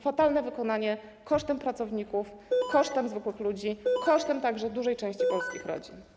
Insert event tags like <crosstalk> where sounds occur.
Fatalne wykonanie kosztem pracowników, <noise> kosztem zwykłych ludzi, kosztem także dużej części polskich rodzin.